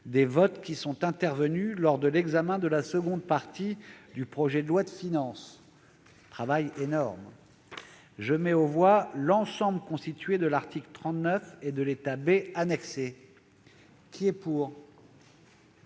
des votes qui sont intervenus lors de l'examen de la seconde partie du projet de loi de finances. Je mets aux voix l'ensemble constitué de l'article 39 et de l'état B annexé. Je mets aux